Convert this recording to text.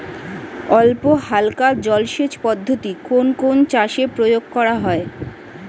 অল্পহালকা জলসেচ পদ্ধতি কোন কোন চাষে প্রয়োগ করা হয়?